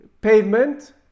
pavement